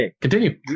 continue